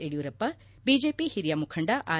Yediyurappa BJP ಹಿರಿಯ ಮುಖಂಡ R